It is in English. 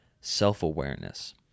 self-awareness